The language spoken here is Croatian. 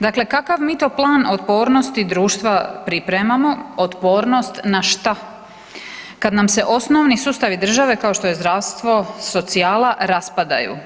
Dakle, kakav mi to plan otpornosti društva pripremamo otpornost na šta, kad nam se osnovni sustavi državi kao što je zdravstvo, socijala raspadaju?